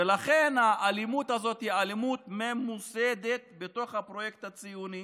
ולכן האלימות הזאת היא אלימות ממוסדת בתוך הפרויקט הציוני,